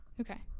Okay